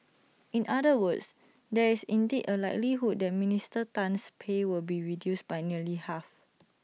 in other words there is indeed A likelihood that Minister Tan's pay will be reduced by nearly half